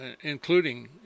including